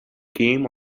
game